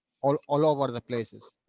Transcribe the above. all. all over the places.